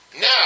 Now